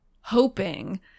hoping